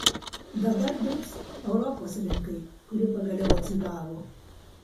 dabar dirbs europos rinkai kuri pagaliau atsigavo